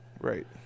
Right